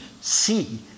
see